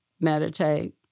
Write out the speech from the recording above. meditate